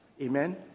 Amen